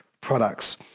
products